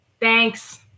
thanks